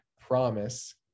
promise